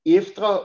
efter